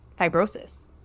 fibrosis